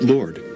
Lord